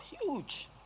huge